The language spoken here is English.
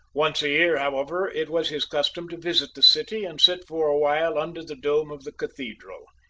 once a year, however, it was his custom to visit the city, and sit for a while under the dome of the cathedral.